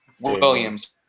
Williams